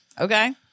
Okay